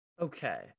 Okay